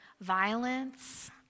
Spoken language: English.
violence